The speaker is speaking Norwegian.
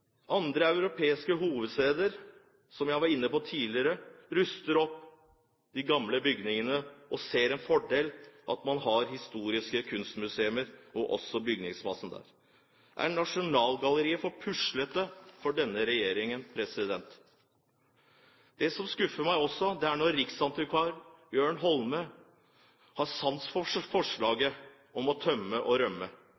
Andre europeiske hovedsteder – som jeg var inne på tidligere – ruster opp de gamle bygningene og ser en fordel i at man har historiske kunstmuseer, også bygningsmassen der. Er Nasjonalgalleriet for puslete for denne regjeringen? Det som også skuffer meg, er at riksantikvar Jørn Holme har